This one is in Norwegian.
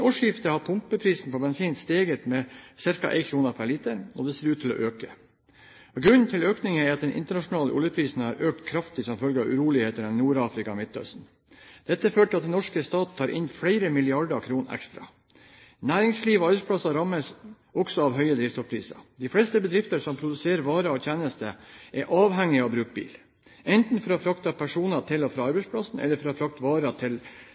årsskiftet har pumpeprisen på bensin steget med ca. 1 kr per liter, og det ser ut til å øke. Grunnen til økningen er at den internasjonale oljeprisen har økt kraftig som følge av urolighetene i Nord-Afrika og Midtøsten. Dette fører til at den norske stat tar inn flere milliarder kroner ekstra. Næringslivet og arbeidsplasser rammes også av høye drivstoffpriser. De fleste bedrifter som produserer varer og tjenester, er avhengige av å bruke bil, enten for å frakte personer til og fra arbeidsplassen, eller for å frakte varer til